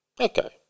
Okay